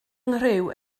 nghriw